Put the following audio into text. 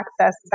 access